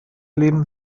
leben